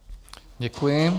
Děkuji.